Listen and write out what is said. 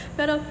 Pero